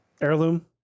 heirloom